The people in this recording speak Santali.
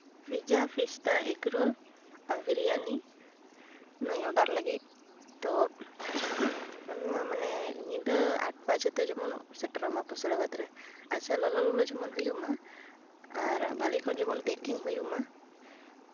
ᱯᱤᱡᱡᱟ ᱯᱟᱥᱛᱟ ᱮᱜᱽᱨᱳᱞ ᱟᱨ ᱵᱤᱨᱭᱟᱱᱤ ᱱᱚᱣᱟᱧ ᱚᱰᱟᱨ ᱞᱟᱹᱜᱤᱫ ᱛᱳ ᱱᱚᱣᱟ ᱢᱟᱱᱮ ᱧᱤᱫᱟᱹ ᱟᱴ ᱵᱟᱡᱮᱛᱮ ᱡᱮᱢᱚᱱ ᱥᱮᱴᱮᱨᱚᱜ ᱢᱟ ᱯᱩᱥᱲᱟᱹ ᱵᱟᱹᱫᱽ ᱨᱮ ᱟᱪᱪᱷᱟ ᱞᱚᱞᱚ ᱡᱮᱢᱚᱱ ᱦᱩᱭᱩᱜᱼᱢᱟ ᱟᱨ ᱵᱷᱟᱹᱞᱤ ᱚᱠᱚᱡ ᱡᱮᱢᱚᱱ ᱯᱮᱠᱤᱝ ᱦᱩᱭᱩᱜᱼᱢᱟ